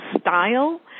style